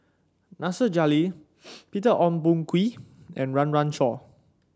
Nasir Jalil Peter Ong Boon Kwee and Run Run Shaw